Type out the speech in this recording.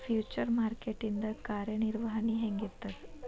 Future market ಇಂದ್ ಕಾರ್ಯನಿರ್ವಹಣಿ ಹೆಂಗಿರ್ತದ?